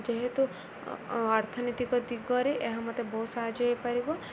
ଯେହେତୁ ଅର୍ଥନୀତିକ ଦିଗରେ ଏହା ମୋତେ ବହୁତ ସାହାଯ୍ୟ ହେଇପାରିବ